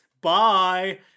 Bye